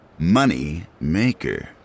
Moneymaker